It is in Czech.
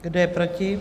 Kdo je proti?